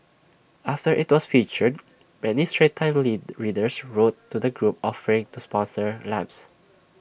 after IT was featured many straits times lead readers wrote to the group offering to sponsor lamps